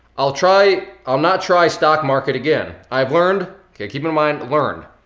i'll try, i'll not try stock market again. i've learned, okay, keep in mind learned,